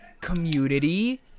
community